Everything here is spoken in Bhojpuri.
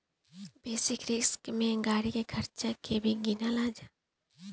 बेसिक रिस्क में गाड़ी के खर्चा के भी गिनाला